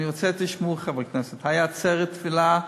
אני רוצה שתשמעו, חברי כנסת, הייתה עצרת תפילה.